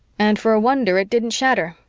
and for a wonder, it didn't shatter.